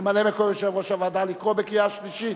ממלא-מקום יושב-ראש הוועדה, לקרוא קריאה שלישית?